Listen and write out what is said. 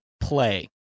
play